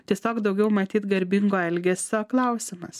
tiesiog daugiau matyt garbingo elgesio klausimas